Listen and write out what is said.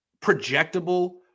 projectable